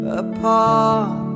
apart